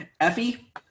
Effie